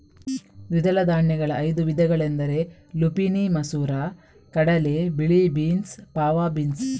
ದ್ವಿದಳ ಧಾನ್ಯಗಳ ಐದು ವಿಧಗಳೆಂದರೆ ಲುಪಿನಿ ಮಸೂರ ಕಡಲೆ, ಬಿಳಿ ಬೀನ್ಸ್, ಫಾವಾ ಬೀನ್ಸ್